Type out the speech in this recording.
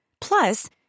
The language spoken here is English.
Plus